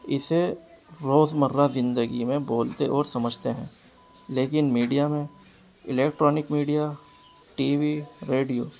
اسے روزمرہ زندگی میں بولتے اور سمجھتے ہیں لیکن میڈیا میں electronic media T V radio